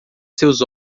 seus